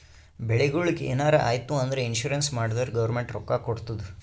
ಬೆಳಿಗೊಳಿಗ್ ಎನಾರೇ ಆಯ್ತು ಅಂದುರ್ ಇನ್ಸೂರೆನ್ಸ್ ಮಾಡ್ದೊರಿಗ್ ಗೌರ್ಮೆಂಟ್ ರೊಕ್ಕಾ ಕೊಡ್ತುದ್